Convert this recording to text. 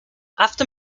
after